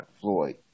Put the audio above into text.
Floyd